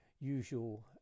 Usual